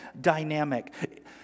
dynamic